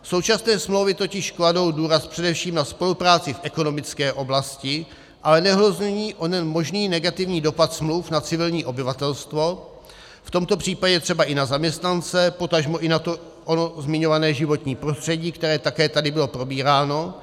Současné smlouvy totiž kladou důraz především na spolupráci v ekonomické oblasti, ale onen možný negativní dopad smluv na civilní obyvatelstvo, v tomto případě třeba i na zaměstnance, potažmo i na ono zmiňované životní prostředí, které také tady bylo probíráno.